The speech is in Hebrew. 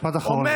משפט אחרון,